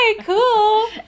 cool